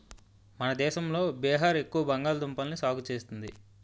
మన దేశంలో బీహార్ ఎక్కువ బంగాళదుంపల్ని సాగు చేస్తుంది